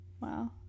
Wow